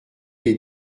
les